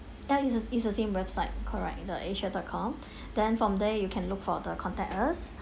ya it's the it's the same website correct the asia dot com then from there you can look for the contact us